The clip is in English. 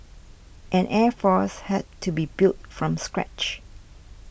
an air force had to be built from scratch